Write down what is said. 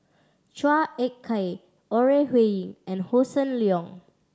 Chua Ek Kay Ore Huiying and Hossan Leong